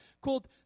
called